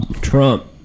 Trump